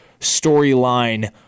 storyline